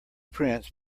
prince